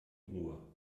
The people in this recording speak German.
ruhe